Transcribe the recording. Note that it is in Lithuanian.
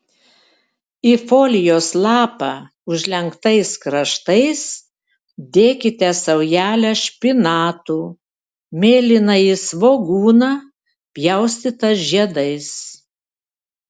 į folijos lapą užlenktais kraštais dėkite saujelę špinatų mėlynąjį svogūną pjaustytą žiedais